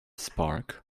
spark